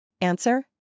Answer